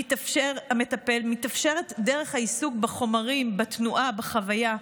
היא מתאפשרת דרך העיסוק בחומרים, בתנועה, בחוויה.